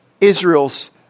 Israel's